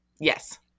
Yes